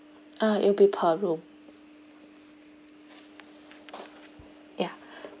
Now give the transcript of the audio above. uh it'll be per room yeah